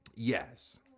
Yes